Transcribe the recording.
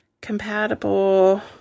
Compatible